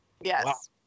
Yes